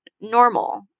normal